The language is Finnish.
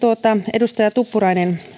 edustaja tuppurainen